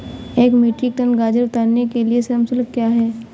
एक metric ton गाजर उतारने के लिए श्रम शुल्क क्या है?